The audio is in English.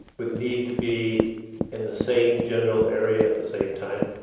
would need to be in the same general area at the same time?